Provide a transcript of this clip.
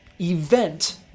event